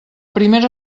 primera